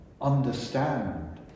understand